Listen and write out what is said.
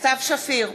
סתיו שפיר,